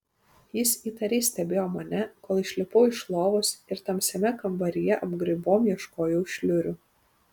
jis įtariai stebėjo mane kol išlipau iš lovos ir tamsiame kambaryje apgraibom ieškojau šliurių